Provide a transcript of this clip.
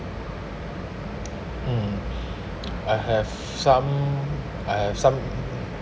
mm I have some I have some